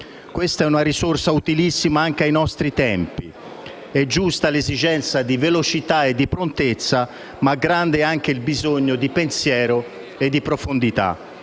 tempo. È una risorsa utilissima anche ai nostri giorni. È giusta l'esigenza di velocità e prontezza, ma è anche grande il bisogno di pensiero e di profondità.